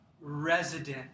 resident